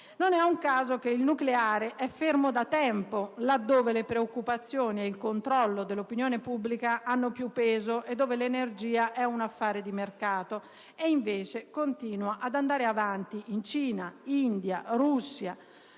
Non è un caso che il nucleare è fermo da tempo là dove le preoccupazioni e il controllo dell'opinione pubblica hanno più peso e dove l'energia è un affare di mercato; invece continua ad andare avanti in Cina, in India, in Russia,